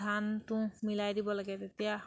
ধান তুহ মিলাই দিব লাগে তেতিয়া